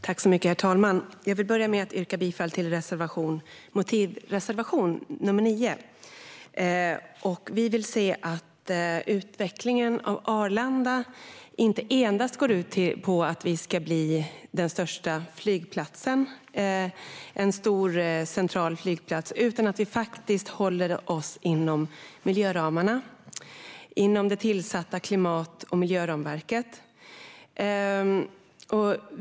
Herr talman! Jag vill börja med att yrka bifall till motivreservation nr 9. Vi vill se att utvecklingen av Arlanda inte endast går ut på att det ska bli en stor och central flygplats utan att den faktiskt håller sig inom miljöramarna inom det tillsatta klimat och miljöramverket.